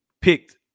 picked